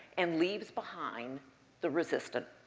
and leaves behind the resistant,